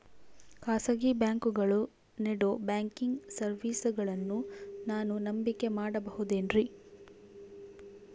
ಖಾಸಗಿ ಬ್ಯಾಂಕುಗಳು ನೇಡೋ ಬ್ಯಾಂಕಿಗ್ ಸರ್ವೇಸಗಳನ್ನು ನಾನು ನಂಬಿಕೆ ಮಾಡಬಹುದೇನ್ರಿ?